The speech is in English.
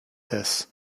this